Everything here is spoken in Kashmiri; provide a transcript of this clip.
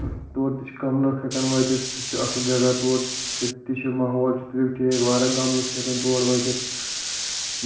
تور تہِ چھِ کَم لُکھ ہٮ۪کان وٲتَتھ سُہ تہِ چھِ اَصٕل جگہہ تور تَتہِ تہِ چھِ ماحول چھُ تتیُک ٹھیٖک واریاہ کَم لُکھ چھِ ہیٚکان تور وٲتِتھ